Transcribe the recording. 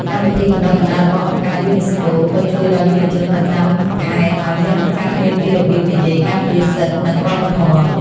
កម្មវិធីបណ្ដុះបណ្ដាលរបស់អង្គការយូនីស្កូ ក៏ជួយដល់យុវជននៅតាមខេត្តឱ្យមានឱកាសរៀនពីរបៀបនិយាយការពារសិទ្ធិ និងវប្បធម៌។